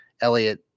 Elliot